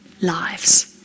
lives